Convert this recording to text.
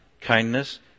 kindness